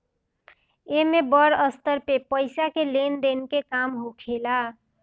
एमे बड़ स्तर पे पईसा के लेन देन के काम होखेला